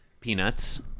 Peanuts